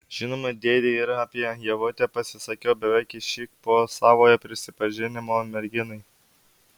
žinoma dėdei ir apie ievutę pasisakiau beveik išsyk po savojo prisipažinimo merginai